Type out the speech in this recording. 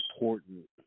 important